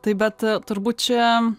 tai bet turbūt čia